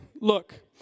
look